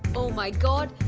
oh, my god.